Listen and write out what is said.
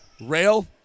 Rail